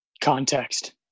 Context